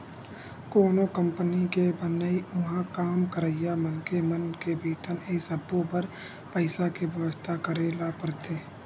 कोनो कंपनी के बनई, उहाँ काम करइया मनखे मन के बेतन ए सब्बो बर पइसा के बेवस्था करे ल परथे